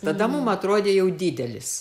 tada mum atrodė jau didelis